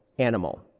animal